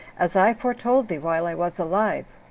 as i foretold thee while i was alive.